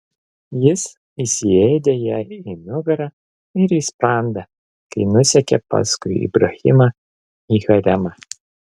jis įsiėdė jai į nugarą ir į sprandą kai nusekė paskui ibrahimą į haremą